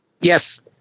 Yes